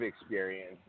experience